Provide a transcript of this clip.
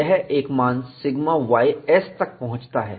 यह एक मान σ ys तक पहुंचता है